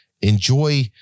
Enjoy